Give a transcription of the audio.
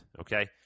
okay